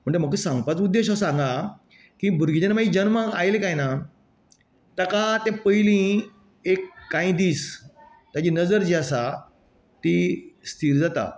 म्हणटकी म्हजो सांगपाचो उद्देश असो हांगा की भुरगें जेन्ना जल्माक आयले कांय ना ताका तें पयली एक कांय दीस ताची नदर जी आसा ती स्थीर जाता